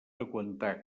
aguantar